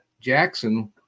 Jackson